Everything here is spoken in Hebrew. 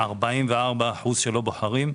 44% לא בוחרים,